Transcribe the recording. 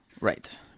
Right